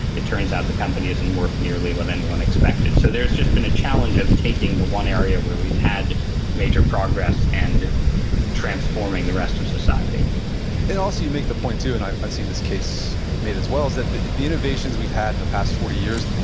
it turns out the company isn't worth nearly what anyone expected. so there's just been a challenge of taking the one area where we've had major progress and transforming the rest of society and also you make the point too, and i've i've seen this case made as well is that the the innovations we've had in the past forty years,